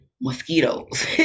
Mosquitoes